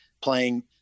playing